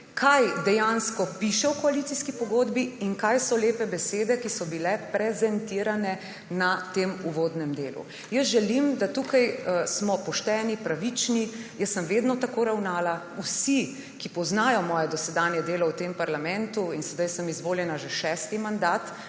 kaj dejansko piše v koalicijski pogodbi in kaj so lepe besede, ki so bile prezentirane na tem uvodnem delu. Jaz želim, da tukaj smo pošteni, pravični. Jaz sem vedno tako ravnala. Vsi, ki poznajo moje dosedanje delo v parlamentu in sedaj sem izvoljena že šesti mandat,